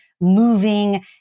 moving